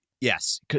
yes